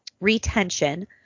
retention